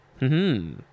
-hmm